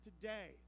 today